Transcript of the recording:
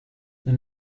nel